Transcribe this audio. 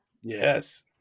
Yes